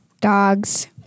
Dogs